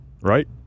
right